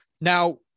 Now